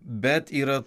bet yra